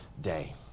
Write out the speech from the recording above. day